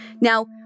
Now